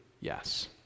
yes